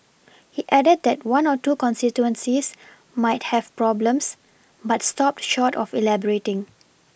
he added that one or two constituencies might have problems but stopped short of elaborating